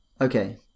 Okay